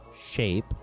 shape